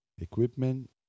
equipment